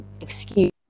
excuse